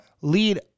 lead